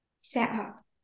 setup